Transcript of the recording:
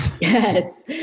Yes